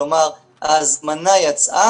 כלומר ההזמנה יצאה,